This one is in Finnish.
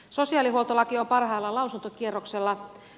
sosiaalihuoltolaki on parhaillaan lausuntokierroksella